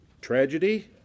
tragedy